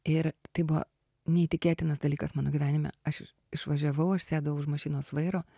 ir tai buvo neįtikėtinas dalykas mano gyvenime aš išvažiavau aš sėdau už mašinos vairo